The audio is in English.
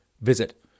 visit